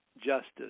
justice